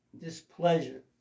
displeasure